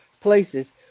places